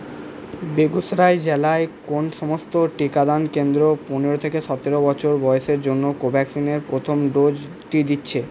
বেগুসরাই জেলায় কোন সমস্ত টিকাদান কেন্দ্র পনেরো থেকে সতেরো বছর বয়সের জন্য কোভ্যাক্সিনের প্রথম ডোজটি দিচ্ছে